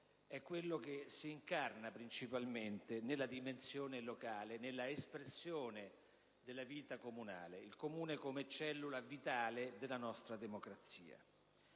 quello che si incarna principalmente nella dimensione locale, nella espressione della vita comunale: il Comune come cellula vitale della nostra democrazia.